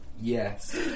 yes